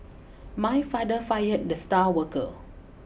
my father fired the star worker